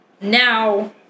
now